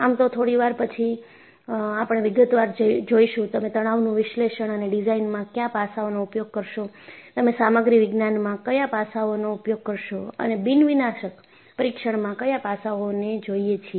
આમ તો થોડી વાર પછી આપણે વિગતવાર જોઈશું તમે તણાવનું વિશ્લેષણ અને ડિઝાઇનમાં કયા પાસાઓનો ઉપયોગ કરશો તમે સામગ્રી વિજ્ઞાનમાં કયા પાસાઓનો ઉપયોગ કરશો અને બિન વિનાશક પરીક્ષણમાં કયા પાસાઓને જોઈએ છીએ